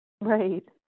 Right